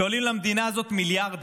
שעולים למדינה הזאת מיליארדים?